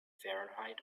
fahrenheit